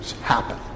happen